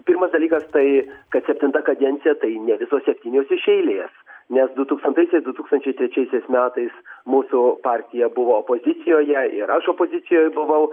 pirmas dalykas tai kad septinta kadencija tai ne visos septynios iš eilės nes du tūkstantaisiais du tūkstančiai trečiaisiais metais mūsų partija buvo opozicijoje yra aš opozicijoj buvau